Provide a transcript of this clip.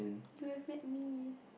you will have met me